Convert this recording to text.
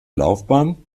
laufbahn